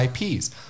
IPs